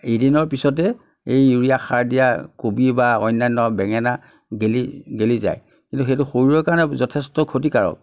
এদিনৰ পিছতেই এই ইউৰিয়া সাৰ দিয়া কবি বা অন্য়ান্য় বেঙেনা গেলি গেলি যায় কিন্তু সেইটো শৰীৰৰ কাৰণে যথেষ্ট ক্ষতিকাৰক